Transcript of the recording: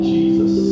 Jesus